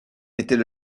était